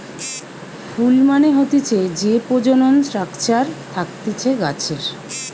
ফুল মানে হতিছে যে প্রজনন স্ট্রাকচার থাকতিছে গাছের